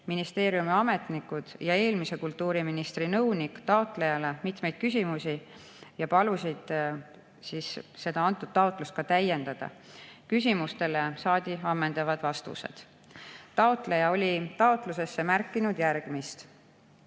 ministeeriumi ametnikud ja eelmise kultuuriministri nõunik taotlejale mitmeid küsimusi ja palusid seda taotlust täiendada. Küsimustele saadi ammendavad vastused. Taotleja oli taotlusesse märkinud järgmist: